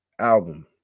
album